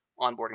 onboarding